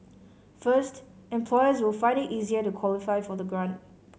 first employers will find it easier to qualify for the grant